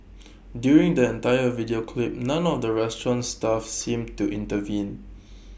during the entire video clip none of the restaurant's staff seemed to intervene